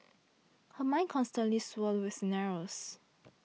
her mind constantly swirled with scenarios